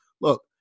look